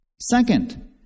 Second